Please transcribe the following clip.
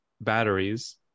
batteries